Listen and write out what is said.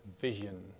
vision